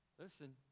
Listen